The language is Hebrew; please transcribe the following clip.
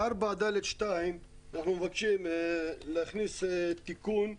ב-4(ד)(2) אנחנו מבקשים להכניס תיקון,